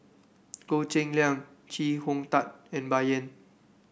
Goh Cheng Liang Chee Hong Tat and Bai Yan